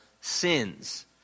sins